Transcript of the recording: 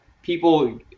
people